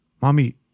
Mommy